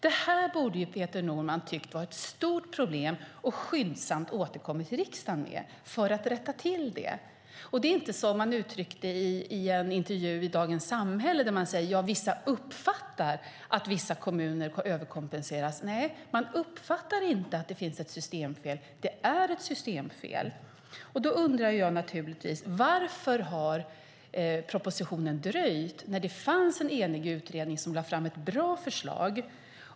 Peter Norman borde ha tyckt att detta är ett stort problem och skyndsamt återkommit till riksdagen med förslag för att rätta till det. Det är inte så som man uttryckte det i en intervju i Dagens Samhälle, där man säger att vissa uppfattar att vissa kommuner överkompenseras. Nej, man uppfattar inte att det finns ett systemfel. Det är ett systemfel. Då undrar jag naturligtvis: Varför har propositionen dröjt, när det fanns en enig utredning som lade fram ett bra förslag?